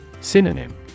Synonym